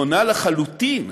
שונה לחלוטין